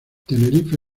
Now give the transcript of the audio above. tenerife